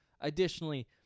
additionally